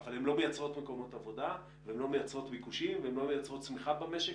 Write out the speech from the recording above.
אבל הן לא מייצרות מקומות עבודה ולא ביקושים ולא צמיחה במשק.